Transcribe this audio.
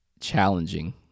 challenging